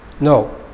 No